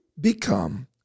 become